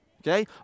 okay